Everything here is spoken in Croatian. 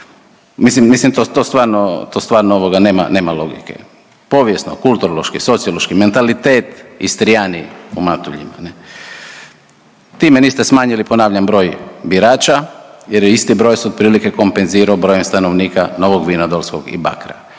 stvarno, to stvarno nema, nema logike. Povijesno, kulturološki, socijološki, mentalitet, Istrijani u Matuljima, ne. Time niste smanjili ponavljam broj birača, jer je isti broj se otprilike kompenzirao brojem stanovnika Novog Vinodolskog i Bakra.